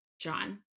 john